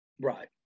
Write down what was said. right